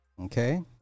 okay